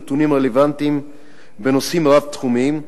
נתונים רלוונטיים בנושאים רב-תחומיים,